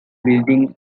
building